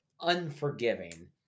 unforgiving